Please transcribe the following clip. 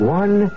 one